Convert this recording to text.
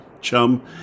Chum